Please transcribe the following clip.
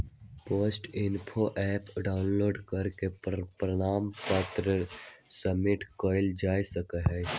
post info app download करके प्रमाण पत्र सबमिट कइल जा सका हई